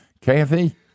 Kathy